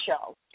show